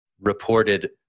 reported